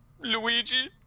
Luigi